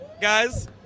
guys